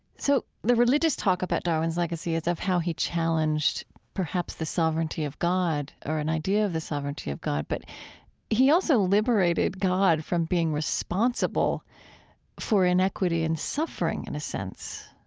so the religious talk about darwin's legacy is of how he challenged perhaps the sovereignty of god or an idea of the sovereignty of god, but he also liberated god from being responsible for inequity and suffering, in a sense.